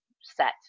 set